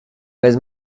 vez